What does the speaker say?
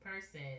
person